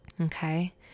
okay